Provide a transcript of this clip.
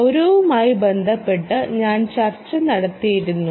സൌരവുമായി ബന്ധപ്പെട്ട് ഞാൻ ചർച്ച നടത്തിയിരുന്നു